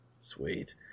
sweet